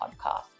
podcast